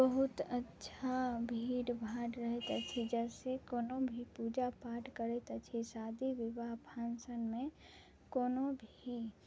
बहुत अच्छा भीड़ भाड़ रहैत अछि जैसे कोनो भी पूजा पाठ करैत अछि शादी विवाह फंक्शनमे कोनो भी